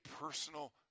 personal